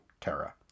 Terra